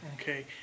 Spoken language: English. Okay